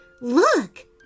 Look